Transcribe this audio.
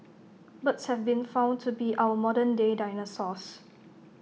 birds have been found to be our modern day dinosaurs